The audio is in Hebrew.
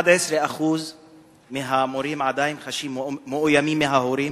11% מהמורים עדיין חשים מאוימים מההורים,